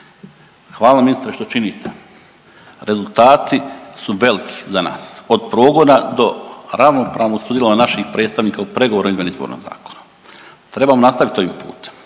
hvala ministre što činite, rezultati su veliki za nas od progona do ravnopravnog sudjelovanja naših predstavnika u pregovorima o izmjeni izbornog zakona. Trebamo nastaviti ovim putem,